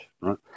right